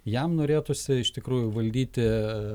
jam norėtųsi iš tikrųjų valdyti